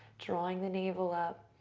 drawing the navel up,